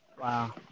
Wow